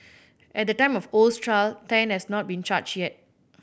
at the time of Oh's trial Tan has not been charged yet